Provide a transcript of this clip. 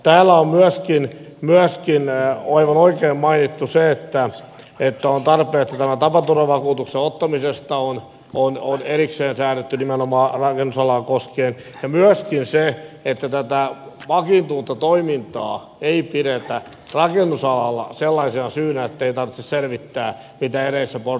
täällä on myöskin aivan oikein mainittu se että on tarpeen että tämän tapaturmavakuutuksen ottamisesta on erikseen säädetty nimenomaan rakennusalaa koskien ja myöskin se että tätä vakiintunutta toimintaa ei pidetä rakennusalalla sellaisena syynä ettei tarvitse selvittää mitä edellisessä portaassa on tapahtunut